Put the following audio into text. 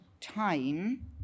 time